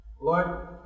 Lord